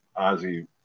Ozzy